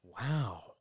Wow